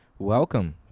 Welcome